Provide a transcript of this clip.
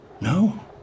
No